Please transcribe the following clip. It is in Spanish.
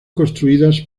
construidas